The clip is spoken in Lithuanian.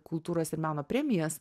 kultūros ir meno premijas